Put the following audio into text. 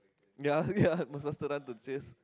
ya ya must faster run to chase